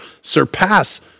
surpass